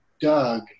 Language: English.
Doug